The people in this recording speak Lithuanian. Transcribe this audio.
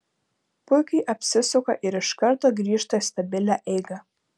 puikiai apsisuka ir iš karto grįžta į stabilią eigą